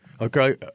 Okay